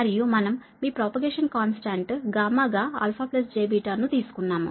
మరియు మనం మీ ప్రాపగేషన్ కాన్స్టాంట్ గా α jβ ను తీసుకున్నాము